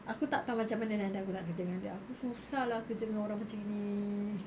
aku tak tahu macam mana nanti aku nak kerja dengan dia aku susah lah kerja dengan orang macam gini